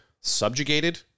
subjugated